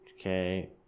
Okay